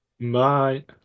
Bye